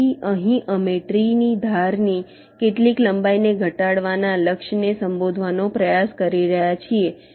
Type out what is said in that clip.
તેથી અહીં અમે ટ્રી ની ધારની કેટલીક લંબાઈને ઘટાડવાના લક્ષ્યને સંબોધવાનો પ્રયાસ કરી રહ્યા છીએ